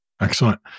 Excellent